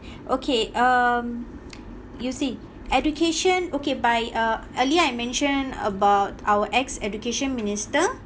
okay um you see education okay by uh earlier I mentioned about our ex education minister